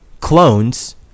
clones